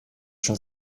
schon